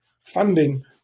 funding